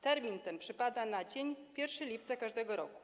Termin ten przypada na dzień 1 lipca każdego roku.